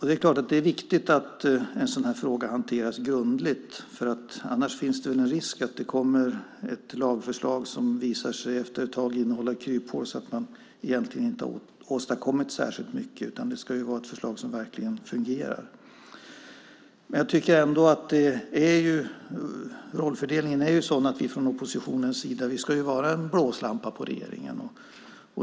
Det är klart att det är viktigt att en sådan här fråga hanteras grundligt, annars finns det en risk att det kommer ett lagförslag som efter ett tag visar sig innehålla kryphål så att man egentligen inte har åstadkommit särskilt mycket. Det ska ju vara ett förslag som verkligen fungerar. Rollfördelningen är ändå sådan att vi från oppositionens sida ska vara en blåslampa på regeringen.